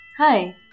Hi